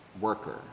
worker